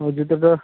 ওই জুতোটা